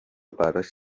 براش